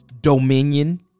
dominion